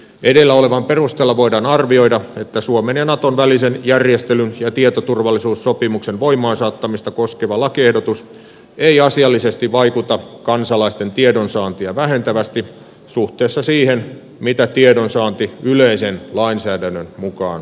edellä olevan perusteella voidaan arvioida että suomen ja naton välisen järjestelyn ja tietoturvallisuussopimuksen voimaansaattamista koskeva lakiehdotus ei asiallisesti vaikuta kansalaisten tiedonsaantia vähentävästi suhteessa siihen mitä tiedonsaanti yleisen lainsäädännön mukaan on